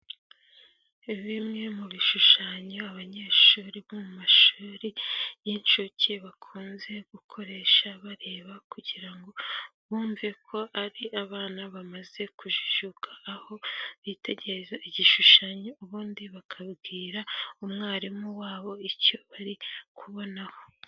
Bimwe mu bishushanyo abanyeshuri bo mu mashuri y'incuke bakunze gukoresha bareba, kugira ngo bumve ko ari abana bamaze kujijuka. Aho bitegereza igishushanyo ubundi bakabwira umwarimu wabo icyo bari kubonaho.